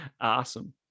awesome